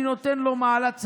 אני נותן לו מעלת צדיק.